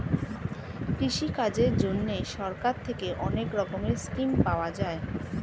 কৃষিকাজের জন্যে সরকার থেকে অনেক রকমের স্কিম পাওয়া যায়